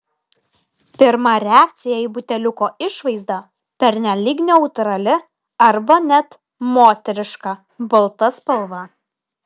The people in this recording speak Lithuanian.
pirma reakcija į buteliuko išvaizdą pernelyg neutrali arba net moteriška balta spalva